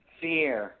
fear